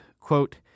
Quote